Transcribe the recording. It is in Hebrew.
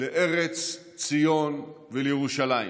לארץ ציון ולירושלים,